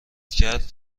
کرد